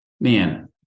man